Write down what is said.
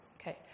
Okay